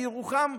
בירוחם,